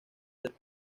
ser